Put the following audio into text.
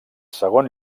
segon